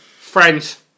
Friends